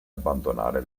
abbandonare